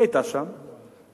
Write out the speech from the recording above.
היא היתה שם וניסתה,